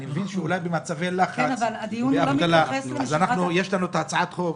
אני מבין שאולי במצבי לחץ ואבטלה יש לנו הצעת חוק